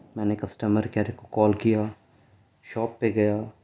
میں نے customer care کو کال کیا شاپ پہ گیا